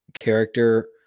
character